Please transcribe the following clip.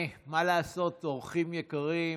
מה לעשות אורחים יקרים,